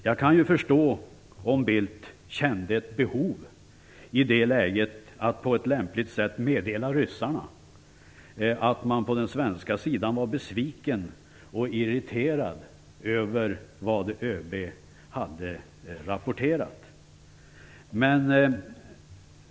Jag kan förstå om Bildt i det läget kände ett behov av att på ett lämpligt sätt meddela ryssarna att man på den svenska sidan var besviken och irriterad över vad ÖB hade rapporterat.